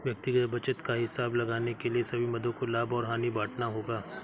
व्यक्तिगत बचत का हिसाब लगाने के लिए सभी मदों को लाभ और हानि में बांटना होगा